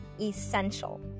essential